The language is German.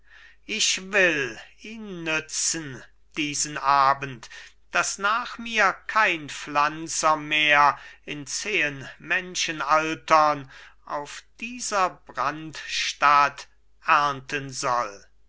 ich will ihn nützen diesen abend daß nach mir kein pflanzer mehr in zehen menschenaltern auf dieser brandstatt ernten soll